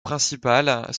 principales